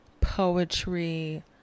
poetry